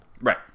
Right